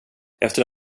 efter